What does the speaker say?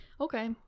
Okay